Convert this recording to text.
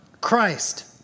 Christ